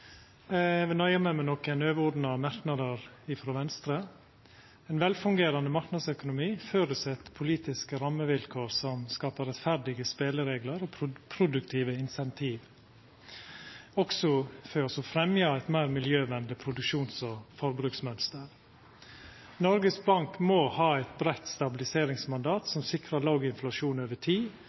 Eg vil nøya meg med nokre overordna merknader frå Venstre. Ein velfungerande marknadsøkonomi føreset politiske rammevilkår som skaper rettferdige spelereglar og produktive incentiv, også for å fremja eit meir miljøvennleg produksjons- og forbruksmønster. Noregs Bank må ha eit breitt stabiliseringsmandat som sikrar låg inflasjon over tid,